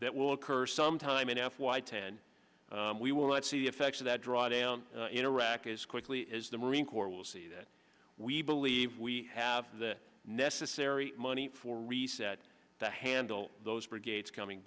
that will occur sometime in f y ten we will not see the effects of that drawdown in iraq as quickly as the marine corps will see that we believe we have the necessary money for reset to handle those brigades coming